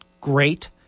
great